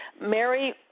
Mary